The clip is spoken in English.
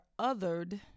othered